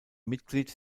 mitglied